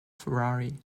ferrari